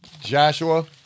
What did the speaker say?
Joshua